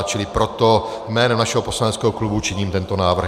Čili proto jménem našeho poslaneckého klubu činím tento návrh.